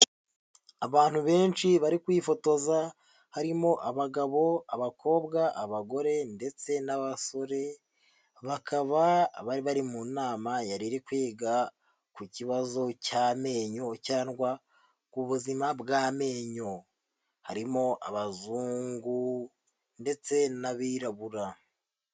Abantu benshi bari kwifotoza, harimo abagabo, abakobwa, abagore ndetse n'abasore, bakaba bari bari mu nama yari iri kwiga ku kibazo cy'amenyo cyangwa ku buzima bw'amenyo. Harimo abazungu ndetse n'abirabura.